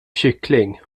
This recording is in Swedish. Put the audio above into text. kyckling